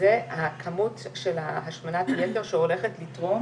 הלאה כאן אנחנו רואים דבר חשוב נוסף,